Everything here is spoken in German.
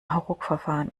hauruckverfahren